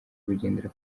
bugendera